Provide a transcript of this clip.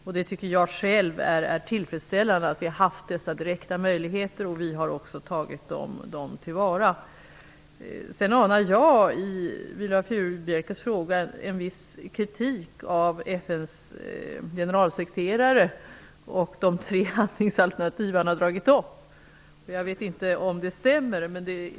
Jag tycker själv att det är tillfredsställande att vi har haft möjlighet att göra detta, och vi har också tagit dessa tillfällen till vara. Jag anar i Viola Furubjelkes fråga en viss kritik mot FN:s generalsekreterare och de tre handlingsalternativ som han har presenterat -- jag vet inte om det stämmer.